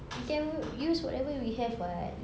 we can use whatever we have [what]